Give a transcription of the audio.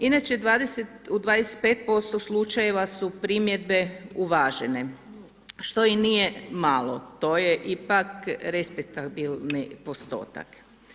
Inače u 25% slučajeva su primjedbe uvažene, što nije malo, to je ipak respektabilni postotak.